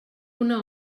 una